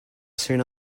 soon